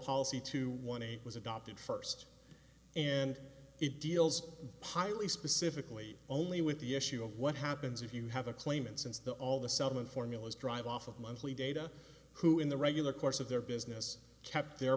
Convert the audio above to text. policy to one eight was adopted first and it deals highly specifically only with the issue of what happens if you have a claimant since the all the settlement formulas drive off of monthly data who in the regular course of their business kept their